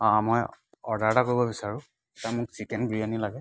অঁ মই অৰ্ডাৰ এটা কৰিব বিচাৰোঁ এটা মোক চিকেন বিৰিয়ানি লাগে